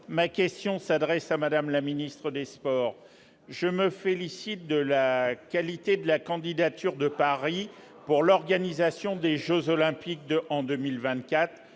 ma question s'adresse à Madame la Ministre des Sports, je me félicite de la qualité de la candidature de Paris pour l'organisation des Jeux olympiques 2 en 2024